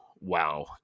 WoW